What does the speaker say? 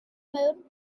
mode